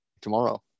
tomorrow